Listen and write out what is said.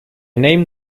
named